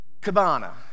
Cabana